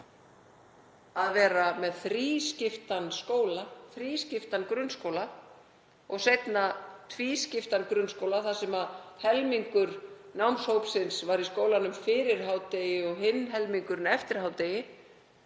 að vera með þrískiptan skóla, þrískiptan grunnskóla og seinna tvískiptan grunnskóla þar sem helmingur námshópsins var í skólanum fyrir hádegi og hinn helmingurinn eftir hádegi